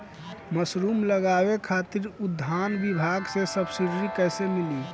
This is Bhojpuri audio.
मशरूम लगावे खातिर उद्यान विभाग से सब्सिडी कैसे मिली?